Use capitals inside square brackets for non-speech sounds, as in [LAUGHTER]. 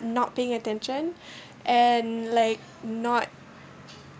not being attention [BREATH] and like not